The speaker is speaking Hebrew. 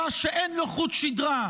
הממשלה, שאין לו חוט שדרה.